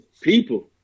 People